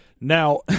Now